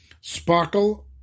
Sparkle